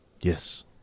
Yes